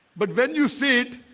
but when you see it,